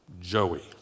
Joey